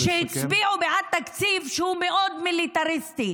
שהצביעו בעד תקציב שהוא מאוד מיליטריסטי,